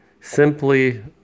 simply